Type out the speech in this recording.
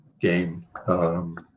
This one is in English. game